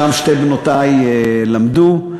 שם שתי בנותי למדו.